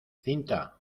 cinta